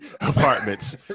Apartments